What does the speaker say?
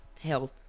health